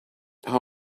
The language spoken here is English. how